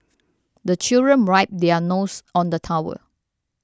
the children wipe their noses on the towel